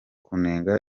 kunenga